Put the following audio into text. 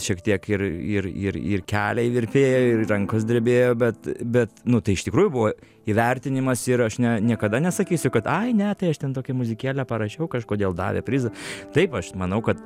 šiek tiek ir ir ir ir keliai virpėjo rankos drebėjo bet bet nu tai iš tikrųjų buvo įvertinimas ir aš ne niekada nesakysiu kad ai ne tai aš ten tokią muzikėlę parašiau kažkodėl davė prizą taip aš manau kad